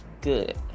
good